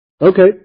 Okay